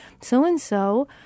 So-and-so